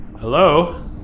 Hello